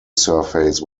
surface